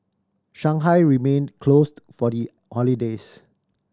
Shanghai remained closed for the holidays